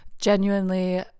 Genuinely